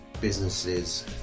businesses